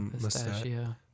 pistachio